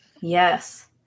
Yes